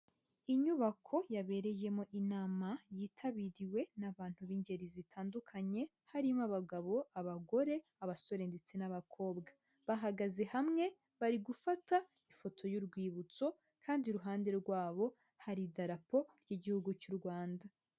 Inyubako yabereyemo inama yitabiriwe n'abantu b'ingeri zitandukanye, harimo abagabo, abagore, abasore ndetse n'abakobwa. Bahagaze hamwe bari gufata ifoto y'urwibutso kandi iruhande rwabo hari idarapo y'Igihugu cy'u Rwanda.